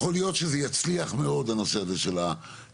יכול להיות שזה יצליח מאוד הנושא הזה של המכונות,